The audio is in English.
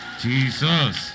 Jesus